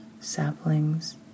saplings